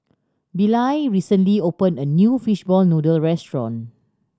Billye recently opened a new fishball noodle restaurant